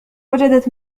وجدت